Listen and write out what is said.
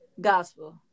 Gospel